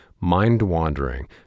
mind-wandering